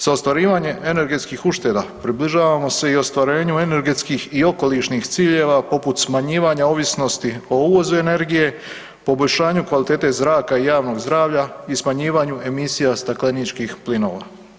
Za ostvarivanjem energetskih ušteda približavamo se i ostvarenju energetskih i okolišnih ciljeva poput smanjivanja ovisnosti o uvozu energije, poboljšanju kvalitete zraka i javnog zdravlja i smanjivanju emisija stakleničkih plinova.